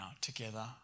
together